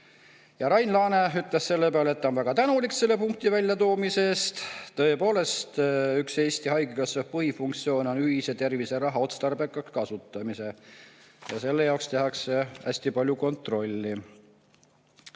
Rain Laane ütles selle peale, et ta on väga tänulik selle punkti väljatoomise eest. Tõepoolest, üks Eesti Haigekassa põhifunktsioon on ühise terviseraha otstarbekas kasutamine. Ja selle jaoks tehakse hästi palju kontrolli.